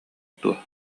дуо